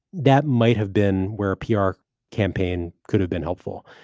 that might have been where a pr campaign could have been helpful.